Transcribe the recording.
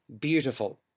beautiful